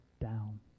down